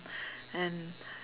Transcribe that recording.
and